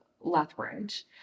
Lethbridge